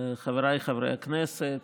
חבריי חברי הכנסת,